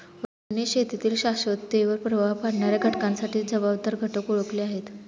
रोहनने शेतीतील शाश्वततेवर प्रभाव पाडणाऱ्या घटकांसाठी जबाबदार घटक ओळखले आहेत